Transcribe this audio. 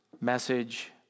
message